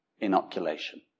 inoculation